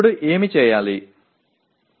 இப்போது என்ன நடக்கும்